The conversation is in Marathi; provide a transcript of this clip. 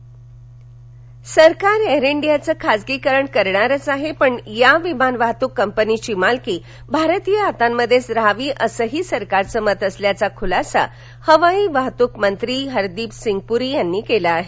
संसद सरकार एअर इंडियाचं खाजगीकरंण करणारच आहे पण या विमान वाहतूक कंपनीची मालकी भारतीय हातांमध्येच रहावी असंही सरकारचं मत असल्याचा खुलासा हवाई वाहतूक मंत्री हरदीपसिंग पूरी यांनी केला आहे